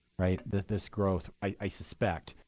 right? this growth, i suspect,